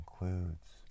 includes